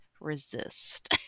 resist